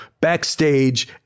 backstage